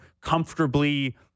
comfortably